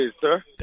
sir